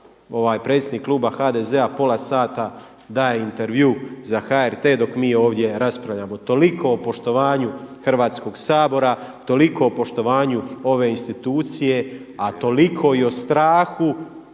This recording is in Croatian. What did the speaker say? predsjednik kluba HDZ-a pola sata daje intervju za HRT dok mi ovdje raspravljamo. Toliko o poštovanju Hrvatskog sabora, toliko o poštovanju ove institucije, a toliko i o strahu,